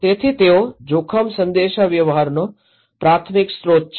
તેથી તેઓ જોખમ સંદેશાવ્યવહારનો પ્રાથમિક સ્રોત છે